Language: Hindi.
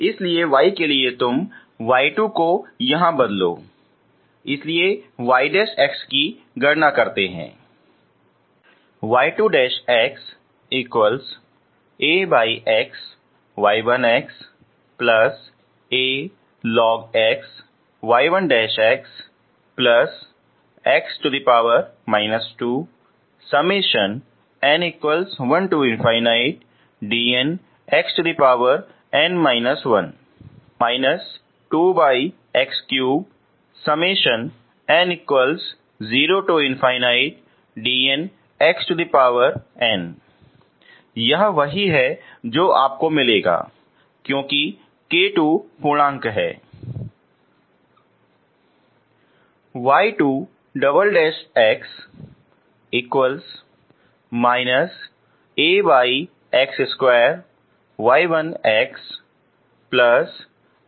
इसलिए y के लिए तुम y2 को यहाँ बदलें इसलिए y की गणना करेंगे यह वही है जो आपको मिलेगा क्योंकि K2 पूर्णांक है